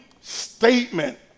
statement